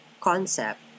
concept